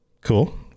cool